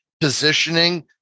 positioning